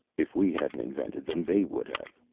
if we hadn't invented them, they would have.